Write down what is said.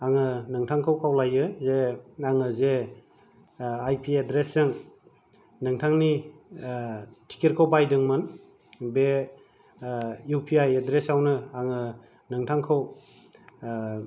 आङो नोंथांखौ खावलायो जे आङो जे आइपि एड्रेसजों नोंथांनि टिकेटखौ बायदोंमोन बे इउ पि आइ एड्रेसावनो आङो नोंथांखौ